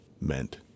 Meant